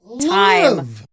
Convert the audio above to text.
time